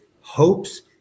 hopes